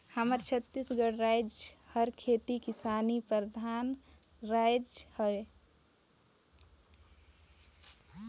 हमर छत्तीसगढ़ राएज हर खेती किसानी परधान राएज हवे